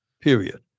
Period